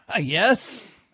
Yes